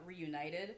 reunited